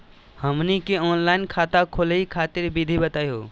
हमनी के ऑनलाइन खाता खोलहु खातिर विधि बताहु हो?